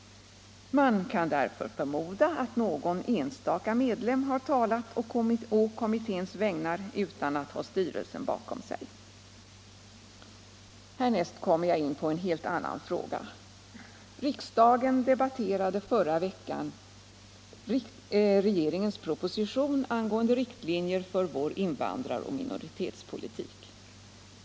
Man kan därför förmoda att någon enstaka medlem har talat på kommitténs vägnar utan att ha styrelsen bakom sig. Härnäst kommer jag in på en helt annan fråga. Riksdagen debatterade förra veckan regeringens proposition angående riktlinjer för vår invandraroch minoritetspolitik.